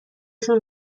شون